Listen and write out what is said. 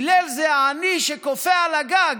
הלל זה העני שקופא על הגג,